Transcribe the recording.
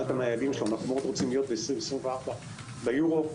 אנחנו רוצים להיות ב-2024 ביורו,